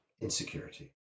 insecurity